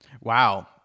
Wow